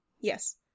yes